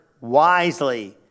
wisely